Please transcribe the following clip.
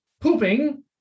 Pooping